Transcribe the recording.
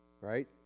Right